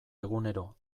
egunero